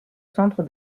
centre